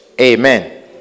Amen